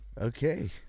Okay